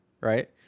right